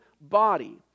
body